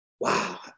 Wow